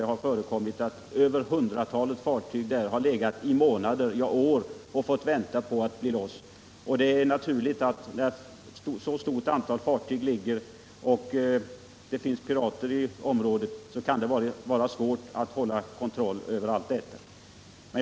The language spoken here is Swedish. Det har förekommit att över hundratalet fartyg legat i månader, ja, år och väntat på att komma loss. Det är naturligt att när ett så stort antal fartyg ligger i hamn och det finns pirater i området kan det vara svårt att hålla kontroll över det hela.